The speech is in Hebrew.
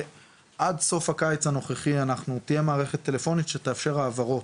עד סוף הקיץ הנוכחי תהיה מערכת טלפונית שתאפשר העברות,